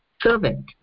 servant